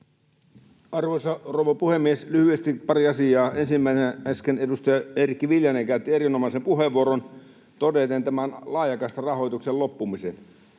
Arvoisa rouva puhemies! Lyhyesti pari asiaa. Ensinnäkin äsken edustaja Eerikki Viljanen käytti erinomaisen puheenvuoron todeten tämän laajakaistarahoituksen loppumisen.